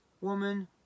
Woman